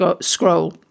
scroll